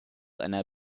einer